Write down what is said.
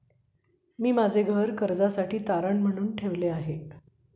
मी माझे घर कर्जासाठी तारण म्हणून ठेवले आहे